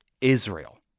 Israel